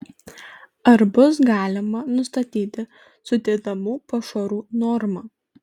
ar bus galima nustatyti suėdamų pašarų normą